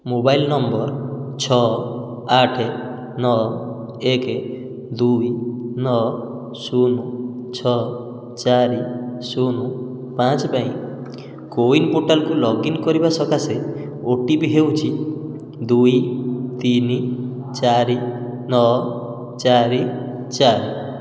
mobile number ଛଅ ଆଠ ନଅ ଏକ ଦୁଇ ନଅ ଶୂନ ଛଅ ଚାରି ଶୂନ ପାଞ୍ଚ ପାଇଁ କୋୱିନ୍ ପୋର୍ଟାଲକୁ ଲଗ୍ଇନ୍ କରିବା ସକାଶେ ଓ ଟି ପି ହେଉଛି ଦୁଇ ତିନି ଚାରି ନଅ ଚାରି ଚାରି